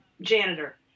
janitor